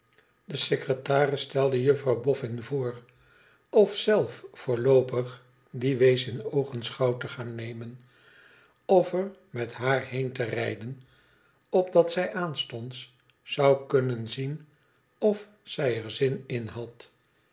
de secretaris stelde juffrouw bofn voor f zelf voorloopig dien wees in oogenschouw te gaan nemen f er met haar heen te rijden opdat zij aanstonds zou kunnen zien of zij er zin in had